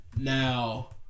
Now